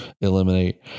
eliminate